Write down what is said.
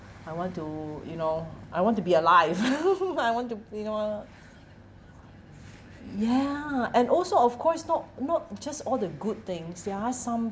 I want to you know I want to be alive I want to be you know ya and also of course not not just all the good things there are some